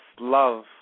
love